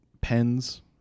Pens